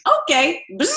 okay